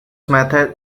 method